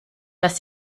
dass